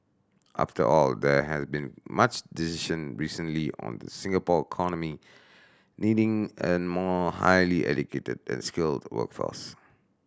after all there has been much decision recently on the Singapore economy needing a more highly educated and skilled workforce